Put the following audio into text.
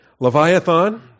Leviathan